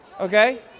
Okay